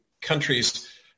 countries